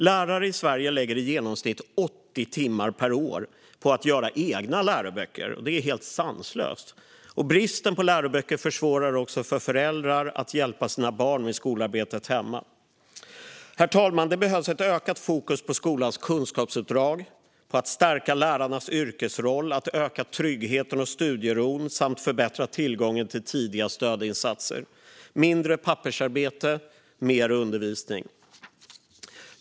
Lärare i Sverige lägger i genomsnitt 80 timmar per år på att göra egna läroböcker. Det är helt sanslöst. Bristen på läroböcker försvårar också för föräldrar att hjälpa sina barn med skolarbetet hemma. Herr talman! Det behövs ett ökat fokus på skolans kunskapsuppdrag, på att stärka lärarnas yrkesroll, på att öka tryggheten och studieron samt på att förbättra tillgången till tidiga stödinsatser. Det ska vara mindre pappersarbete och mer undervisning.